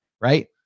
Right